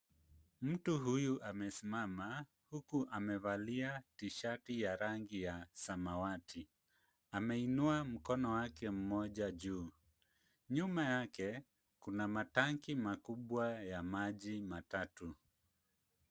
Mtu huyu amesimama huku amevalia tishati ya rangi ya samawati. Ameinua mkono wake mmoja juu, nyuma yake kuna matanki makubwa ya maji matatu.